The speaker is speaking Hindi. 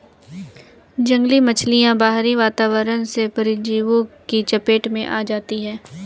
जंगली मछलियाँ बाहरी वातावरण से परजीवियों की चपेट में आ जाती हैं